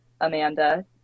Amanda